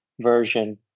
version